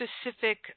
specific